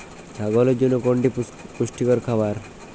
ছাগলের জন্য কোনটি পুষ্টিকর খাবার?